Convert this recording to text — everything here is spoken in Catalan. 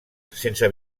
sense